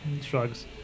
shrugs